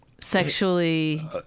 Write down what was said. sexually